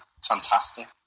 fantastic